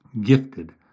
gifted